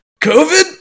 COVID